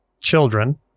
children